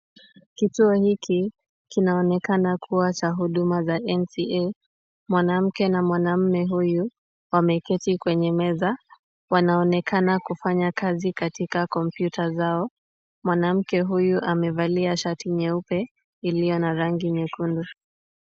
Kituo hiki kinaonekana kuwa cha huduma za NCA. Mwanamke na mwanamme huyu wameketi kwenye meza, wanaonekana kufanya kazi katika kompyuta zao. Mwanamke huyu amevalia shati nyeupe iliyo na rangi nyekundu.